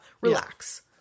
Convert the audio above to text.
Relax